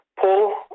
pull